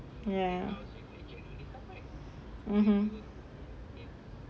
ya mmhmm